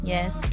Yes